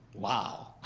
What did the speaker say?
wow,